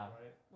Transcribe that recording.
right